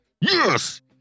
Yes